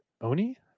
oni